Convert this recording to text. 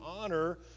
honor